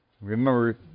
remember